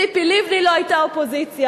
ציפי לבני לא היתה אופוזיציה,